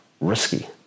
risky